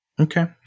Okay